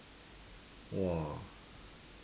!wah!